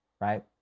right